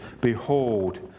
Behold